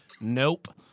Nope